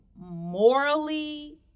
morally